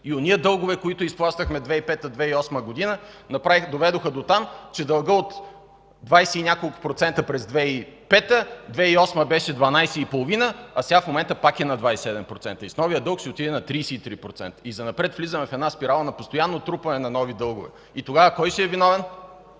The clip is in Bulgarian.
и онези дългове, които изплащахме 2005 2008 г., доведоха дотам, че дългът от 20 и няколко процента през 2005 г., 2008 г. беше 12,5, а сега в момента пак е на 27% и с новия дълг ще отиде на 33%. Занапред влизаме в една спирала на постоянно трупане на нови дългове. Тогава кой ще е виновен?